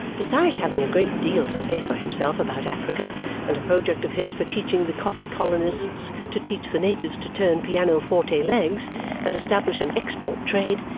besides having a great deal to say for himself about africa and a project of his for teaching the coffee colonists to teach the natives to turn piano-forte legs and establish an export trade,